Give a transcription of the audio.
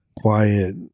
quiet